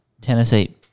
Tennessee